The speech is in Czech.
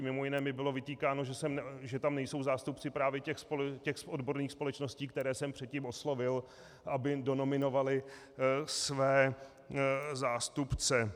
Mimo jiné mi bylo vytýkáno, že tam nejsou zástupci právě těch odborných společností, které jsem předtím oslovil, aby donominovaly své zástupce.